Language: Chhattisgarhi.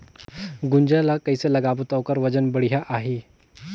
गुनजा ला कइसे लगाबो ता ओकर वजन हर बेडिया आही?